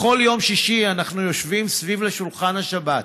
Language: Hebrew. בכל יום שישי אנחנו יושבים סביב שולחן השבת.